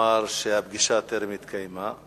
אמר שהפגישה טרם התקיימה,